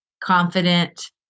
confident